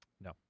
no